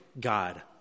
God